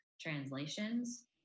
translations